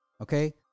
Okay